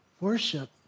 Worship